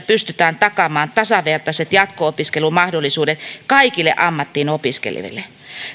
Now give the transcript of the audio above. pystytään takaamaan tasavertaiset jatko opiskelumahdollisuudet kaikille ammattiin opiskeleville